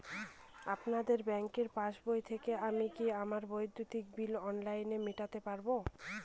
আপনাদের ব্যঙ্কের পাসবই থেকে আমি কি আমার বিদ্যুতের বিল অনলাইনে মেটাতে পারবো?